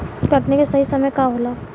कटनी के सही समय का होला?